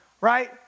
right